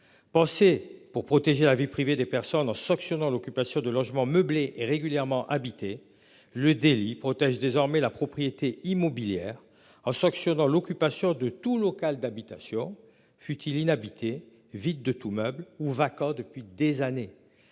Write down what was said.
Pensé pour protéger la vie privée des personnes en sanctionnant l'occupation de logements meublés et régulièrement habiter le délit protège désormais la propriété immobilière en sanctionnant l'occupation de tout local d'habitation futile inhabité vide de tout meuble ou vacants depuis des années.